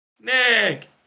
Nick